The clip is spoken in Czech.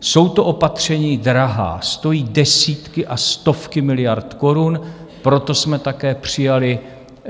Jsou to opatření drahá, stojí desítky a stovky miliard korun, proto jsme také přijali